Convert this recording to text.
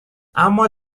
اما